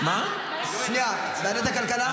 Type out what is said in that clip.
ועדת הכלכלה?